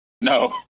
no